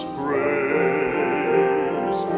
praise